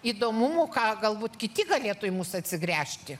įdomumų ką galbūt kiti galėtų į mus atsigręžti